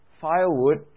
firewood